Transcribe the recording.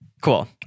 Cool